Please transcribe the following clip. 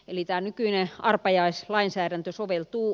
eli tää nykyinen arpajaislainsäädäntö soveltuu